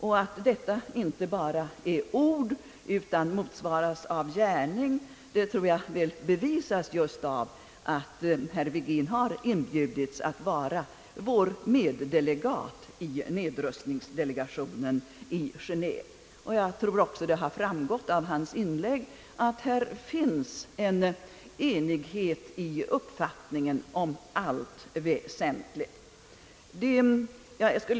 Och att detta inte bara är ord utan motsvaras av gärning tror jag väl bevisas just av att herr Virgin har inbjudits att vara vår meddelegat i nedrustningsdelegationen i Geneve. Jag tror också att det har framgått av hans inlägg, att enighet råder i uppfattningen om allt väsentligt.